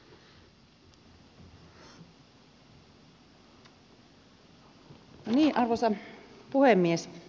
arvoisa puhemies